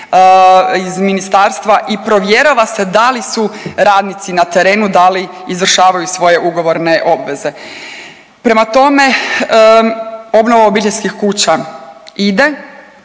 iz ministarstva i provjerava se da li su radnici na terenu, da li izvršavaju svoje ugovorne obveze. Prema tome, obnova obiteljskih kuća ide.